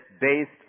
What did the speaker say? based